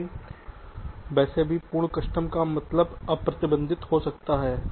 लेकिन वैसे भी पूर्ण कस्टम का मतलब अप्रतिबंधित हो सकता है